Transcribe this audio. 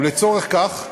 ולצורך כך הושקעו,